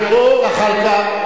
במאבק נגד הכיבוש, חבר הכנסת זחאלקה.